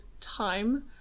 time